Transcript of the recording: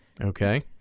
Okay